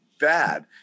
bad